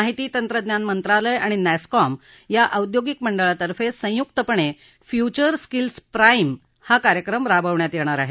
माहिती तंत्रज्ञान मंत्रालय आणि नॅसकॉम या औद्योगिक मंडळातर्फे संयुक्तपणे फ्यूचर स्किल्स प्राईम कार्यक्रम राबवण्यात येणार आहे